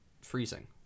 freezing